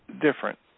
Different